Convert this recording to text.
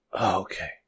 Okay